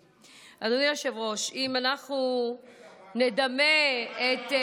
אדוני היושב-ראש, אם אנחנו נדמה את,